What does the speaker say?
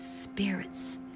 spirits